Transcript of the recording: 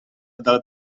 dal